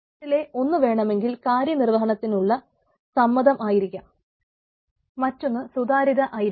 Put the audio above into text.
അതിലെ ഒന്നുവേണമെങ്കിൽ കാര്യനിർവഹണത്തിനുള്ള സമ്മതം ആയിരിക്കാം മറ്റൊന്ന് സുതാര്യത ആയിരിക്കാം